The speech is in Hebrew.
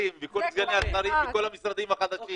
וכל סגני השרים וכל המשרדים החדשים?